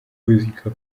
muzika